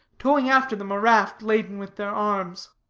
towing after them a raft laden with their arms.